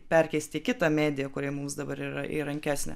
perkeisti į kitą mediją kuri mums dabar yra įrankesnė